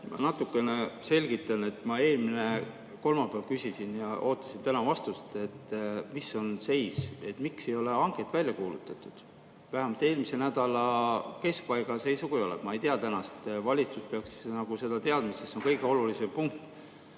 Ma natukene selgitan. Ma eelmine kolmapäev küsisin ja ootasin täna vastust, et mis seis on. Miks ei ole hanget välja kuulutatud? Vähemalt eelmise nädala keskpaiga seisuga ei olnud. Ma ei tea tänast [seisu], valitsus peaks seda teadma, sest see on kõige olulisem punkt.